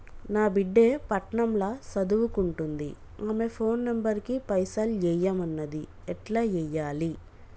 నా బిడ్డే పట్నం ల సదువుకుంటుంది ఆమె ఫోన్ నంబర్ కి పైసల్ ఎయ్యమన్నది ఎట్ల ఎయ్యాలి?